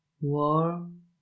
warm